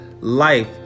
life